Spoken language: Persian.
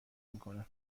میکنم